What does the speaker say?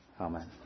Amen